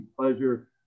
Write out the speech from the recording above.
pleasure